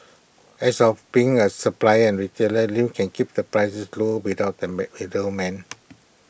as of being A supply and retailer Lim can keep the prices low without the mad middleman